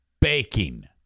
baking